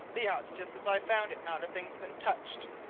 the yacht's just as i found it not a thing's been touched.